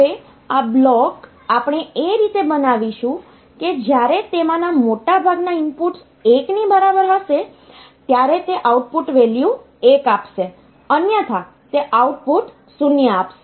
હવે આ બ્લોક આપણે એ રીતે બનાવીશુ કે જ્યારે તેમાંના મોટા ભાગના ઇનપુટ્સ 1 ની બરાબર હશે ત્યારે તે આઉટપુટ વેલ્યુ 1 આપશે અન્યથા તે આઉટપુટ 0 આપશે